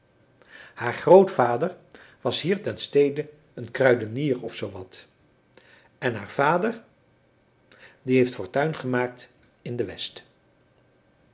haar grootvader was hier ter stede een kruidenier of zoo wat en haar vader die heeft fortuin gemaakt in de west